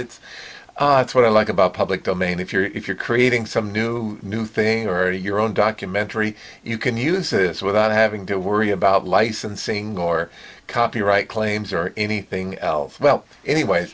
that it's what i like about public domain if you're if you're creating some new new thing or your own documentary you can use this without having to worry about licensing or copyright claims or anything else well anyway